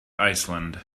iceland